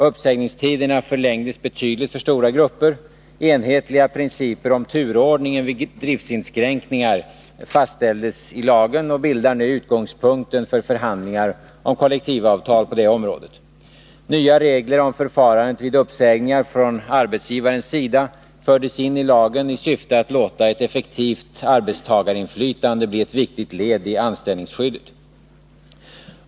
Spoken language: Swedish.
Uppsägningstiderna förlängdes betydligt för stora grupper. Enhetliga principer om turordningen vid driftsinskränkningar fastställdes i lagen och bildar nu utgångspunkten för förhandlingar och kollektivavtal på det området. Nya regler om förfarandet vid uppsägningar från arbetsgivarens sida fördes in i lagen i syfte att låta ett effektivt arbetstagarinflytande bli ett viktigt led i anställningsskyddet.